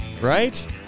right